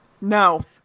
No